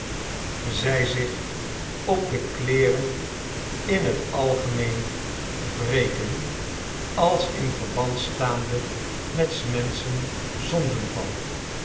zij zich op de kleeren in het algemeen wreken als in verband staande met s